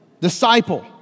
Disciple